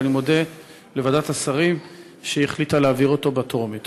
ואני מודה לוועדת השרים שהחליטה להעביר אותה בקריאה טרומית.